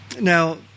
Now